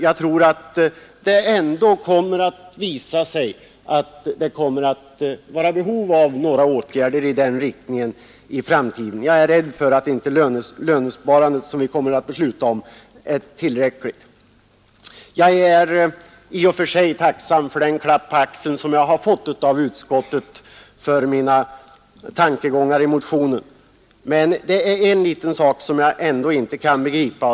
Jag tror att behov av åtgärder i den riktningen kommer att förmärkas i framtiden, och jag är rädd för att det lönsparande som vi nu kommer att besluta om är otillräckligt. Jag är i och för sig tacksam för den klapp på axeln som jag fått av utskottet för mina tankegångar i motionen, men det är en liten sak som jag inte förstår.